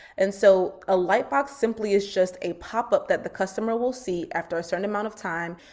and so a lightbox simply is just a pop-up that the customer will see after a certain amount of time.